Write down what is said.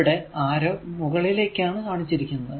ഇവിടെ ഈ ആരോ മുകളിലേക്കാണ് കാണിച്ചിരിക്കുന്നത്